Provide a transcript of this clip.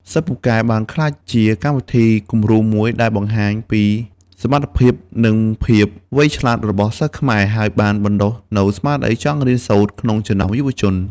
សិស្សពូកែ បានក្លាយជាកម្មវិធីគំរូមួយដែលបង្ហាញពីសមត្ថភាព និងភាពវៃឆ្លាតរបស់សិស្សខ្មែរ ហើយបានបណ្ដុះនូវស្មារតីចង់រៀនសូត្រក្នុងចំណោមយុវជន។